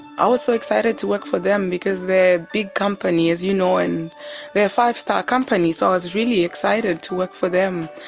i was so excited to work for them because they're a big company, as you know, and they are a five-star company, so i was really excited to work for them,